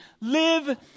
live